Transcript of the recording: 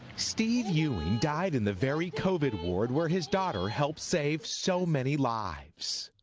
steve ewing died in the very covid ward where his daughter helped save so many lives.